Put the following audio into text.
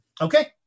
Okay